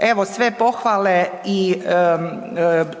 Evo, sve pohvale i